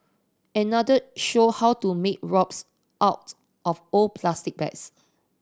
another showed how to make ropes out of old plastic bags